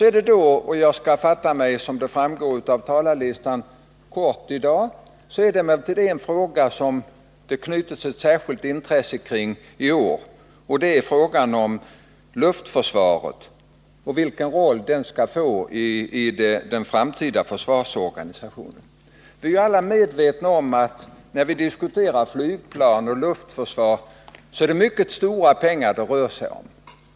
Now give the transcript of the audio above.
är det emellertid — som framgår av talarlistan skall jag fatta mig kort i dag — en fråga som det knyts ett särskilt intresse kring i år, och det är frågan om luftförsvaret och vilken roll det skall få i den framtida försvarsorganisationen. Vi är alla medvetna om att när vi diskuterar flygplan och luftförsvar är det mycket stora pengar det rör sig om.